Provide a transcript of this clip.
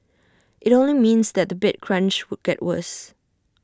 IT only means that the bed crunch would get worse